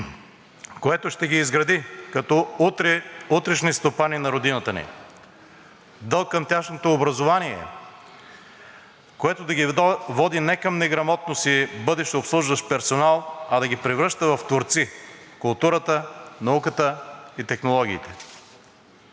което ще ги изгради като утрешни стопани на родината ни; дълг към тяхното образование, което да ги води не към неграмотност и бъдещ обслужващ персонал, а да ги превръща в творци в културата, науката и технологиите;